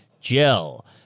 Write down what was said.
gel